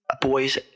boys